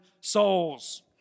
souls